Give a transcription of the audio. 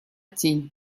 тень